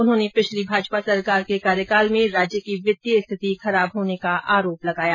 उन्होंने पिछली भाजपा सरकार के कार्यकाल में राज्य की वित्तीय स्थिति खराब होने का आरोप लगाया